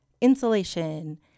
insulation